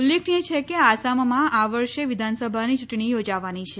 ઉલ્લેખનિય છે કે આસામમાં આ વર્ષે વિધાનસભાની ચૂંટણી યોજાવાની છે